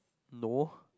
no